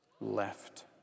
left